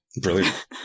Brilliant